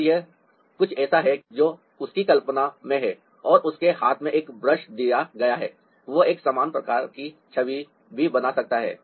तो यह कुछ ऐसा है जो उसकी कल्पना में है और उसके हाथ में एक ब्रश दिया गया है वह एक समान प्रकार की छवि भी बना सकता है